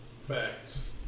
Facts